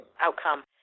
outcome